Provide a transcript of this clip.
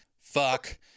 fuck